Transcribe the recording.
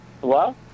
hello